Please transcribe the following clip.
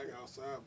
outside